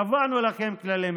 קבענו לכם כללי משחק,